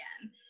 again